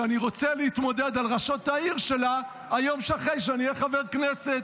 שאני רוצה להתמודד על ראשות העיר שלה ביום שאחרי שאהיה חבר כנסת.